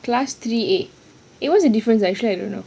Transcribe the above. class three A eh what's the difference ah actually I don't know